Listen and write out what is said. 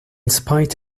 spite